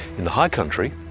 in the high country,